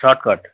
shortcut